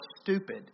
stupid